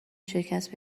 شکست